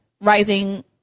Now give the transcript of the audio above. Rising